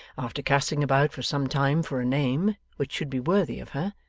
after casting about for some time for a name which should be worthy of her,